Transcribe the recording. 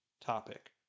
topic